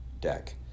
deck